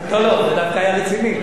לא לא, זה דווקא היה רציני.